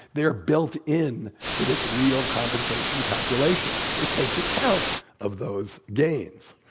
they're built in to this real compensation calculation. it takes account of those gains.